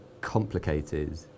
complicated